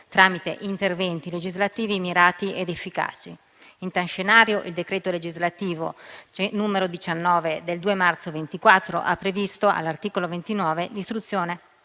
tramite interventi legislativi mirati ed efficaci. In tale scenario, il decreto legislativo n. 19 del 2 marzo 2024 ha previsto, all'articolo 29, l'introduzione